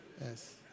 Yes